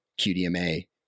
QDMA